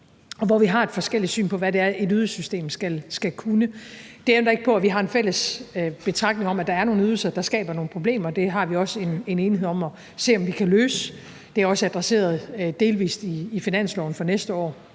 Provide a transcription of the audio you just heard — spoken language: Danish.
og hvor vi har et forskelligt syn på, hvad det er, et ydelsessystem skal kunne. Det ændrer jo ikke på, at vi har en fælles betragtning om, at der er nogle ydelser, der skaber nogle problemer – det har vi også en enighed om at se om vi kan løse – og det er også adresseret delvis i finansloven for næste år